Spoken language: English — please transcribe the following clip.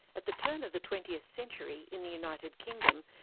at the turn of the twentieth century in the united kingdom,